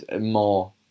more